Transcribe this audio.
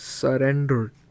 surrendered